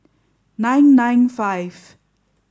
nine nine five